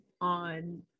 on